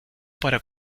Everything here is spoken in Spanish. para